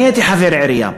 אני הייתי חבר עירייה.